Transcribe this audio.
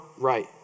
right